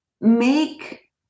make